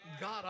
God